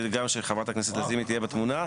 גם שחברת הכנסת לזימי תהיה בתמונה,